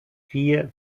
vier